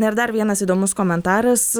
ir dar vienas įdomus komentaras